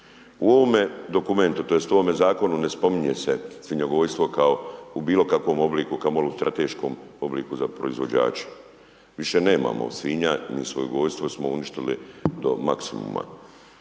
U ovome dokumentu, tj. u ovome zakonu ne spominje se svinjogojstvo kao u bilo kakvom obliku kamo li u strateškom obliku za proizvođače. Više nemamo svinja, ni svinjogojstvo smo uništili do maksimuma.